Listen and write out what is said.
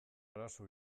arazo